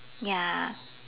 ya